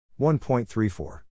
1.34